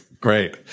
great